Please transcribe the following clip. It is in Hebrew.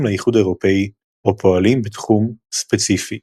לאיחוד האירופי או פועלים בתחום ספציפי.